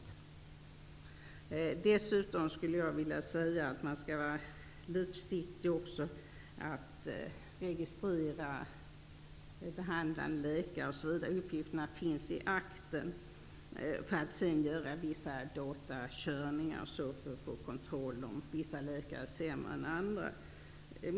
Man bör dessutom vara litet försiktig med att registrera uppgifter från behandlande läkare osv, dvs. uppgifter som finns i akten, för att sedan göra vissa datakörningar för att kontrollera om vissa läkare är sämre än andra.